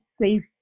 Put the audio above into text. safe